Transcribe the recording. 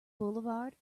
boulevard